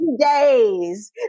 days